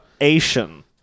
Asian